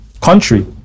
country